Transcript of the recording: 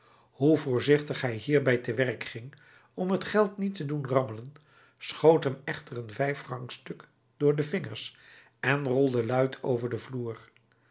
hoe voorzichtig hij hierbij te werk ging om het geld niet te doen rammelen schoot hem echter een vijffrancstuk door de vingers en rolde luid over den vloer